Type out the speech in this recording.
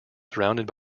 surrounded